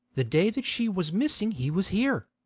the day that she was missing he was here.